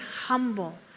humble